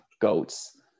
goats